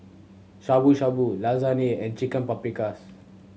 Shabu Shabu Lasagne and Chicken Paprikas